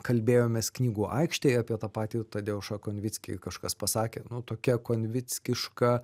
kalbėjomės knygų aikštėje apie tą patį tadeušą konvickį kažkas pasakė nu tokia konvickiška